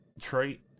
trait